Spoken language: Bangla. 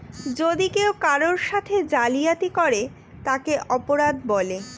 যদি কেউ কারোর সাথে জালিয়াতি করে তাকে অপরাধ বলে